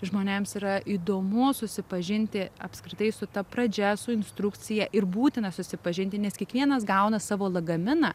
žmonėms yra įdomu susipažinti apskritai su ta pradžia su instrukcija ir būtina susipažinti nes kiekvienas gauna savo lagaminą